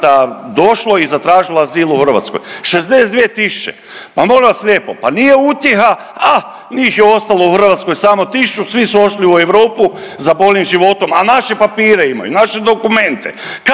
došlo i zatražilo azil u Hrvatskoj, 62 tisuće. Pa molim vas lijepo, pa nije utjeha, ah, njih je ostalo u Hrvatskoj samo 1000, svi su ošli u Europu za boljim životom, a naše papire imaju, naše dokumente.